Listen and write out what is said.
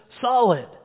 solid